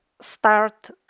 start